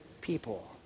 people